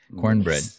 cornbread